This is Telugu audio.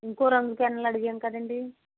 ఇంకో రెండు పెన్నులు అడిగాను కదండీ